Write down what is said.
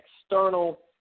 external